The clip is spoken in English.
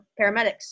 paramedics